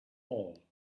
all